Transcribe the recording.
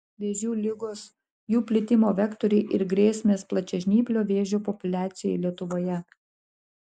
vėžių ligos jų plitimo vektoriai ir grėsmės plačiažnyplio vėžio populiacijai lietuvoje